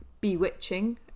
bewitching